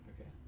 Okay